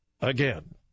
again